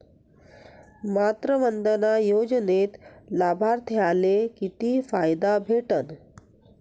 मातृवंदना योजनेत लाभार्थ्याले किती फायदा भेटन?